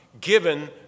given